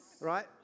right